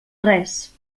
res